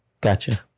Gotcha